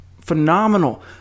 phenomenal